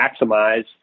maximize